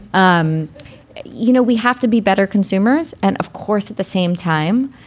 um you know, we have to be better consumers. and of course, at the same time,